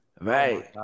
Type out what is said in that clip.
Right